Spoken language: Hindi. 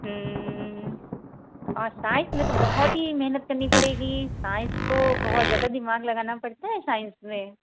औ साइंस में तो बहुत ही मेहनत करनी पड़ेगी साइंस तो बहुत ज्यादा दिमाग लगाना पड़ता है साइंस में